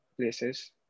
places